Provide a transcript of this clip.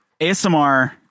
asmr